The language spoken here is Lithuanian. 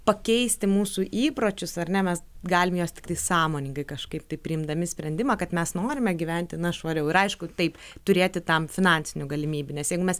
pakeisti mūsų įpročius ar ne mes galim juos tiktai sąmoningai kažkaip tai priimdami sprendimą kad mes norime gyventi švariau ir aišku taip turėti tam finansinių galimybių nes jeigu mes